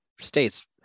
State's